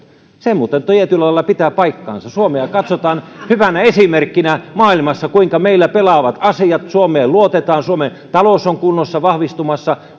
se muuten tietyllä lailla pitää paikkansa suomea katsotaan hyvänä esimerkkinä maailmassa kuinka meillä pelaavat asiat suomeen luotetaan suomen talous on kunnossa ja vahvistumassa